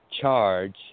charge